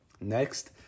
Next